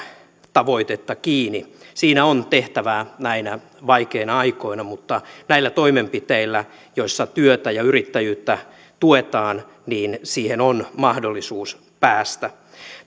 tavoitetta kiinni siinä on tehtävää näinä vaikeina aikoina mutta näillä toimenpiteillä joilla työtä ja yrittäjyyttä tuetaan siihen on mahdollisuus päästä